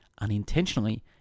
unintentionally